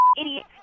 idiot